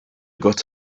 got